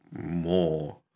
more